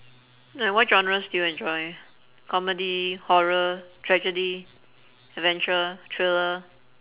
like what genres do you enjoy comedy horror tragedy adventure thriller